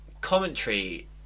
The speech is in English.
commentary